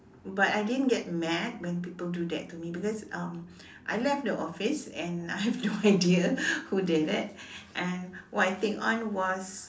but I didn't get mad when people do that to me because um I left the office and I have no idea who did it and what I think on was